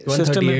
system